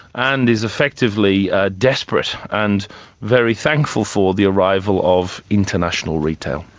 and is effectively desperate and very thankful for the arrival of international retail.